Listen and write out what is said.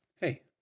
Hey